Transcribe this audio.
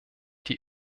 die